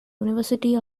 university